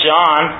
John